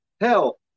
hell